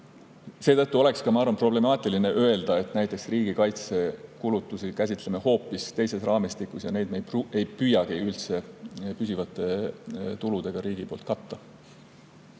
Seetõttu oleks, ma arvan, problemaatiline öelda, et näiteks riigikaitsekulutusi käsitleme hoopis teises raamistikus ja riik ei püüagi neid püsivate tuludega katta.